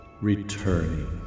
returning